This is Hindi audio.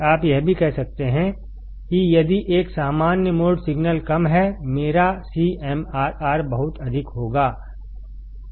आप यह भी कह सकते हैं कि यदि एक सामान्य मोड सिग्नल कम हैमेरा CMRR बहुत अधिक होगा